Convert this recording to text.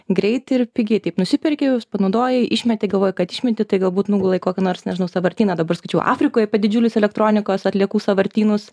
greitai ir pigiai taip nusiperki juos panaudojai išmetei galvoji kad išmeti tai galbūt nugula į kokį nors nežinau sąvartyną dabar skaičiau afrikoje apie didžiulius elektronikos atliekų sąvartynus